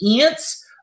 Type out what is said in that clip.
ants